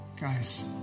Guys